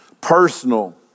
personal